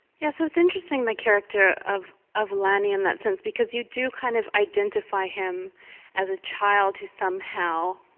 yeah, so it's interesting the character of of lanny in that sense, because you do kind of identify him as a child who somehow